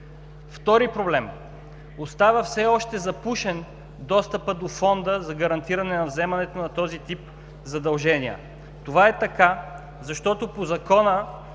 Втори проблем. Остава все още запушен достъпът до Фонда за гарантиране на вземането на този тип задължения. Това е така, защото по Закона